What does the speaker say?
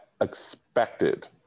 expected